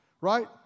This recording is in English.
right